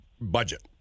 budget